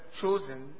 chosen